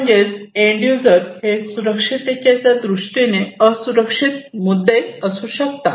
म्हणजेच end user हे सुरक्षिततेच्या दृष्टीने असुरक्षित मुद्दे असू शकतात